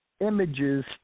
images